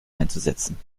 einzusetzen